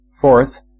Fourth